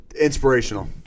inspirational